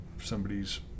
somebody's